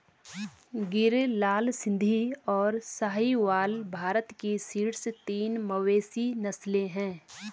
गिर, लाल सिंधी, और साहीवाल भारत की शीर्ष तीन मवेशी नस्लें हैं